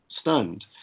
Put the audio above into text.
stunned